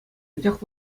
анчах